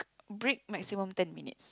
break maximum ten minutes